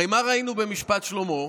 הרי מה ראינו במשפט שלמה?